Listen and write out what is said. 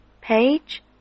page